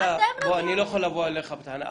אני לא יכול לבוא אליך בטענה.